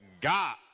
God